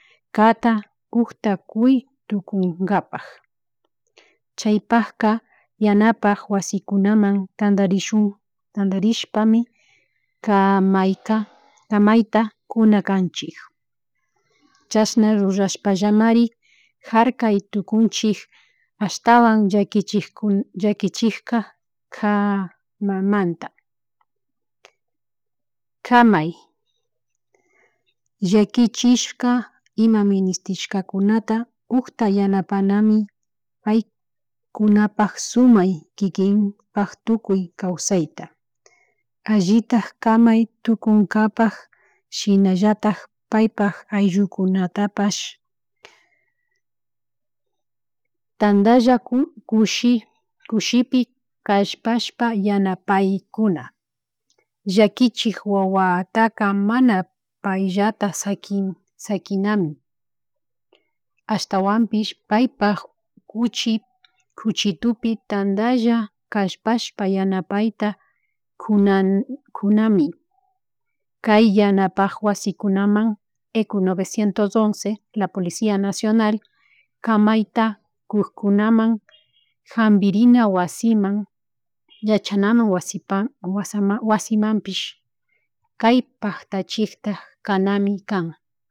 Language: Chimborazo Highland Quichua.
Kata kukta kui tukunkapak chay pakka yanapak wasikunaman tantarishun tantarishpami ka mayka kamayta kunakanchik chashna rurashpa llamari karkay tukunchik ashtawan llakichikun llakichikka ka mamanta kamay llakichishka ima ministishkakunata kukta yanapami pay kunapak sumay kikin paktukuy kawsaita allitay kamay tukunkapak shinallatak paipak aillukunatapash tantalla kun kushi kushipi kashpashpa yanapay kuna llakichik wawataka mana payllata sakin sakinami ashtawampish paypak kuchi cuchitupi tantalla chashpashpa yanapayta kuna kunami kay yanapak wasikunamun ecu novecientos once, la policía nacional, kamayta kukkunaman hampirina wasiman yachanaman wasimanpish kay paktachikta kanami kan